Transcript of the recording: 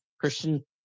Christian